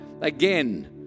again